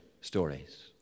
stories